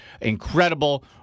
incredible